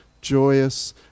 joyous